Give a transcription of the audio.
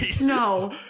no